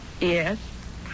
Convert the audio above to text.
Yes